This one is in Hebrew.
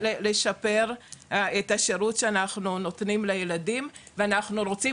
אנחנו רוצים לשפר את השירות שאנחנו נותנים לילדים ואנחנו רוצים